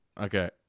Okay